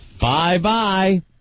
Bye-bye